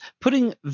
putting